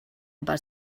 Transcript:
about